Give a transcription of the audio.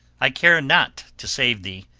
i care not to save thee.